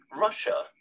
Russia